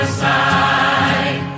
side